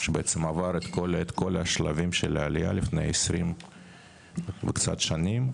שבעצם עבר את כל השלבים של העלייה לפני 20 וקצת שנים.